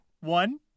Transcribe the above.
One